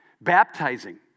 Baptizing